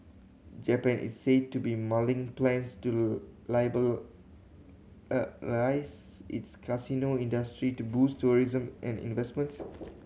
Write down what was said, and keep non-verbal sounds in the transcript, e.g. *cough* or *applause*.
Japan is said to be mulling plans to *unintelligible* its casino industry to boost tourism and investments